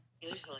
Usually